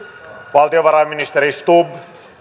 valtiovarainministeri stubb